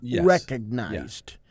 recognized